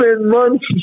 months